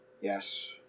Yes